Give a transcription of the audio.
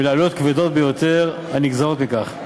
ולעלויות כבדות ביותר הנגזרות מכך.